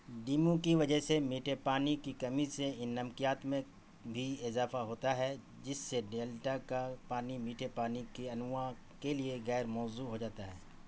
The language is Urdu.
ڈیموں کی وجہ سے میٹھے پانی کی کمی سے ان نمکیات میں بھی اضافہ ہوتا ہے جس سے ڈیلٹا کا پانی میٹھے پانی کی انواع کے لیے غیر موزوں ہو جاتا ہے